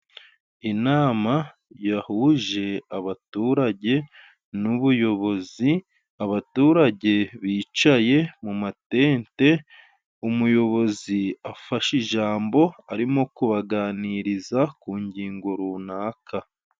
Inama yahuje abaturage n'ubuyobozi, abaturage bicaye mu matente, umuyobozi afashe ijambo, arimo kubaganiriza ku ngingo runaka.